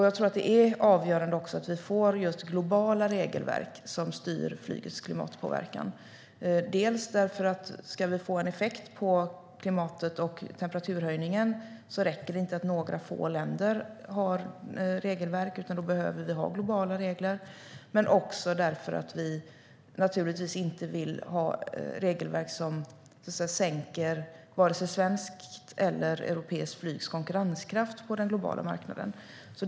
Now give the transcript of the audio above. Jag tror att det är avgörande att vi får globala regelverk som styr flygets klimatpåverkan. Ska vi få en effekt på klimatet och temperaturhöjningen räcker det inte att några få länder har regelverk, utan vi behöver ha globala regler. Men det handlar också om att vi naturligtvis inte vill ha regelverk som sänker vare sig svenskt eller europeiskt flygs konkurrenskraft på den globala marknaden.